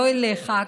ולא אליך,